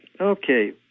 okay